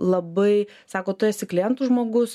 labai sako tu esi klientų žmogus